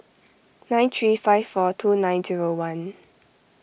nine three five four two nine zero one